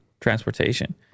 transportation